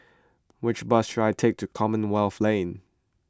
which bus should I take to Commonwealth Lane